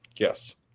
Yes